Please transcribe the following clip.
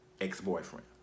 ex-boyfriend